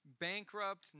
bankrupt